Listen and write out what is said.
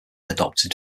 adopted